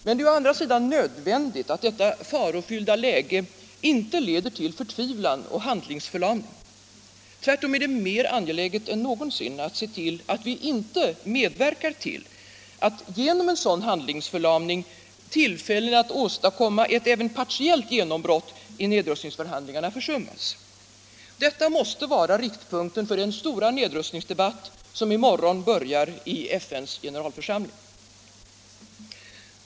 Men det är å andra sidan nödvändigt att detta farofyllda läge inte leder till förtvivlan och handlingsförlamning. Tvärtom är det mer angeläget än någonsin att se till att vi inte medverkar till att — genom en sådan handlingsförlamning — tillfällen att åstadkomma ett, även partiellt, genombrott i nedrustningsförhandlingarna försummas. Detta måste vara riktpunkten för den stora nedrustningsdebatt som i morgon börjar i FN:s generalförsamling.